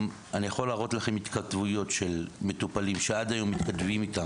אני יכול להראות לכם התכתבויות של מטופלים שעד היום מתכתבים איתם